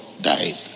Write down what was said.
died